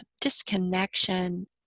disconnection